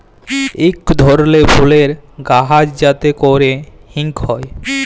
ইক ধরলের ফুলের গাহাচ যাতে ক্যরে হিং হ্যয়